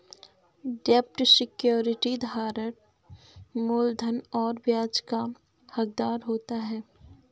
डेब्ट सिक्योरिटी धारक मूलधन और ब्याज का हक़दार होता है